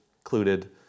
included